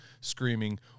screaming